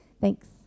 Thanks